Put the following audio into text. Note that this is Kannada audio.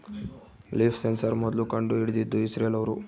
ಲೀಫ್ ಸೆನ್ಸಾರ್ ಮೊದ್ಲು ಕಂಡು ಹಿಡಿದಿದ್ದು ಇಸ್ರೇಲ್ ಅವ್ರು